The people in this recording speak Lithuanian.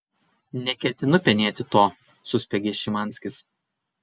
neketinu penėti to suspiegė šimanskis